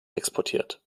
exportiert